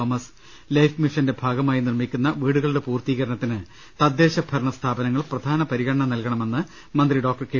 Thomas life മിഷന്റെ ഭാഗമായി നിർമ്മിക്കുന്ന വീടുകളുടെ പൂർത്തീകരണ ത്തിന് തദ്ദേശ ഭരണ സ്ഥാപനങ്ങൾ പ്രധാന പരിഗണന നൽകണമെന്ന് മന്ത്രി ഡോക്ടർ കെ